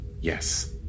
Yes